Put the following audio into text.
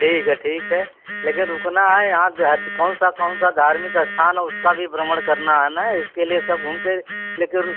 ठीक है ठीक है लेकिन रुकना है यहाँ कौन सा कौन सा धार्मिक स्थान और उसका भी भ्रमण करना है ना इसके लिए सब घूमकर लेकर